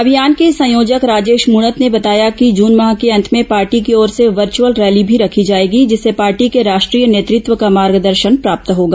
अभियान के संयोजक राजेश मूणत ने बताया कि जून माह के अंत में पार्टी की ओर से वर्च्यअल रैली भी रखी जाएगी जिसे पार्टी के राष्ट्रीय नेतृत्व का मार्गदर्शन प्राप्त होगा